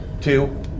Two